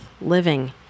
living